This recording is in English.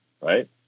right